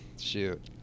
shoot